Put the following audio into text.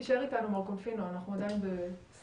תישאר איתנו מר קונפינו, אנחנו עדיין בשיח.